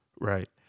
right